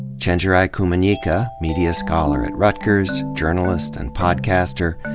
chenjerai kumanyika, media scholar at rutgers, journalist and podcaster,